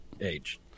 age